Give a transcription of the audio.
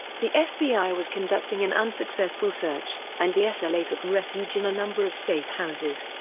the fbi was conducting an unsuccessful search, and the ah sla took refuge in a number of safe houses.